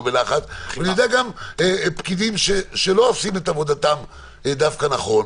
בלחץ ואני יודע גם שיש פקידים שלא עושים את עבודתם דווקא נכון,